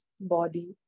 body